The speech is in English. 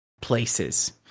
places